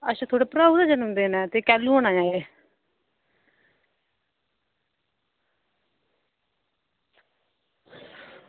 अच्छा थुआढ़े भ्राऊ दा जनमदिन ऐ ते कैह्लू होना ऐ एह्